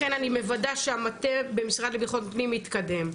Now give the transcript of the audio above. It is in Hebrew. לכן אני מוודאה שהמטה במשרד לביטחון פנים מתקדם.